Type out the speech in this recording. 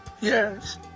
yes